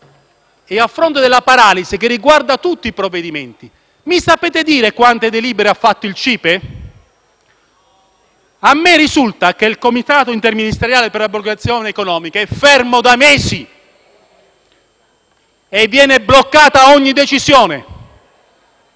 e a fronte della paralisi che riguarda tutti i provvedimenti, mi sapete dire quante delibere ha fatto il CIPE? A me risulta che il Comitato interministeriale per la programmazione economica sia fermo da mesi e che venga bloccata ogni decisione.